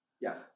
Yes